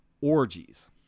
orgies